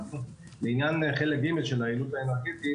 לעניין חלק ג' של היעילות האנרגטית,